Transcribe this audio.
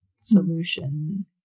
solution